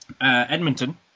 Edmonton